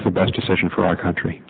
was the best decision for our country